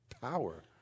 Power